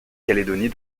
calédonie